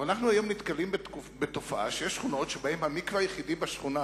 אנחנו נתקלים היום בתופעה שיש שכונות שבהן המקווה היחיד בשכונה